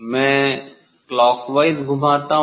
मैं क्लॉकवाइज घुमाता हूं